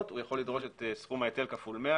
הוא יכול לדרוש את סכום ההיטל כפול 100